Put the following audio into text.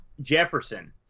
Jefferson